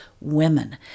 women